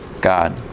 God